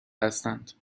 هستند